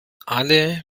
alle